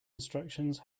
instructions